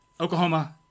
Oklahoma